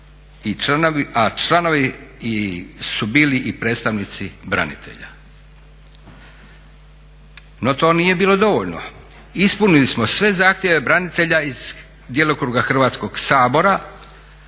a članovi su bili i predstavnici branitelja. No to nije bilo dovoljno. Ispunili smo sve zahtjeve branitelja iz djelokruga Hrvatskog sabora.